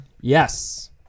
Yes